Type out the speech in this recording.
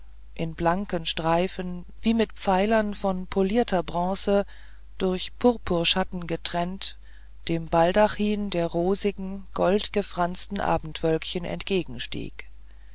in blanken streifen wie mit pfeilern von polierter bronze durch purpurschatten getrennt dem baldachin der rosigen goldgefransten abendwölkchen entgegenstieg